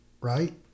right